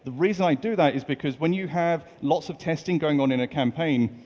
reason i do that is because when you have lots of testing going on in a campaign,